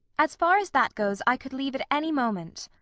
as far as that goes, i could leave at any moment.